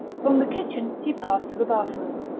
from the kitchen he passed to the bathroom.